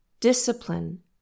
discipline